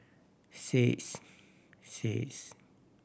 six six